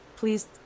Please